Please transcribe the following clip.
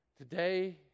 Today